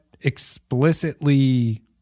explicitly